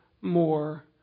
more